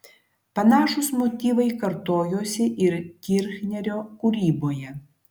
panašūs motyvai kartojosi ir kirchnerio kūryboje